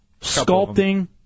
Sculpting